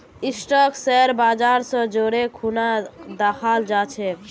stock share बाजर स जोरे खूना दखाल जा छेक